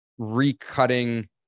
recutting